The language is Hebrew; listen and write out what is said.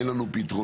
אין לנו פתרונות.